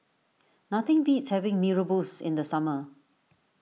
nothing beats having Mee Rebus in the summer